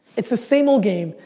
it's the same old game.